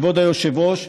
כבוד היושב-ראש,